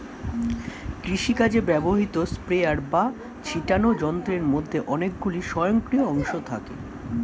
কৃষিকাজে ব্যবহৃত স্প্রেয়ার বা ছিটোনো যন্ত্রের মধ্যে অনেকগুলি স্বয়ংক্রিয় অংশ থাকে